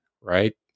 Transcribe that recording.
right